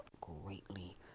greatly